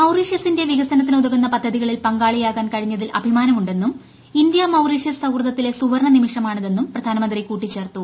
മൌറീഷ്യസിന്റെ വികസനത്തിനുതകുന്ന പദ്ധതികളിൽ പങ്കാളിയാകാൻ കഴിഞ്ഞതിൽ അഭിമാനമുണ്ടെന്നും ഇന്ത്യ മൌറീഷ്യസ് സൌഹൃദത്തിലെ സുവർണ നിമിഷമാണിതെന്നും പ്രധാനമന്ത്രി കൂട്ടിച്ചേർത്തു